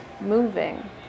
moving